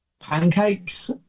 Pancakes